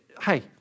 Hey